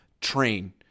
train